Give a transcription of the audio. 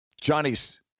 Johnny's